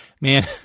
Man